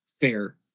Fair